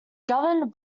governed